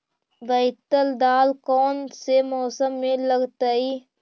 बैतल दाल कौन से मौसम में लगतैई?